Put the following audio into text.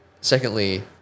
Secondly